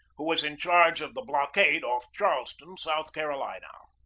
who was in charge of the blockade off charleston, south carolina.